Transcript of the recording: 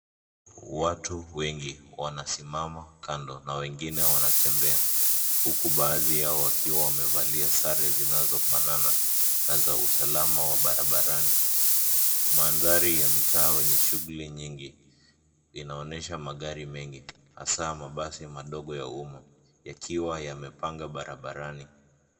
Watu wengi wanasimama kando na wengine wanatembea, huku baadhi yao wakiwa wamevalia sare zinazofanana, na za usalama wa barabarani, mandhari ya mtaa wenye shughuli nyingi, inaonyesha magari mengi, hasaa mabasi madogo ya umma, yakiwa yamepanga barabarani.